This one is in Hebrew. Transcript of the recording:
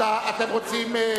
אתם רוצים,